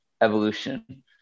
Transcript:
evolution